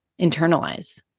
internalize